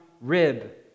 rib